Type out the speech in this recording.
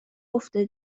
افته